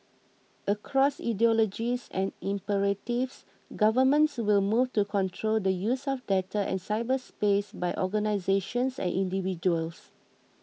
across ideologies and imperatives governments will move to control the use of data and cyberspace by organisations and individuals